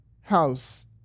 house